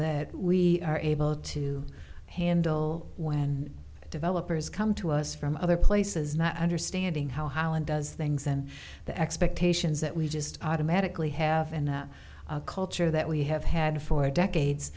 that we are able to handle when developers come to us from other places not understanding how how and does things and the expectations that we just automatically have and the culture that we have had for decades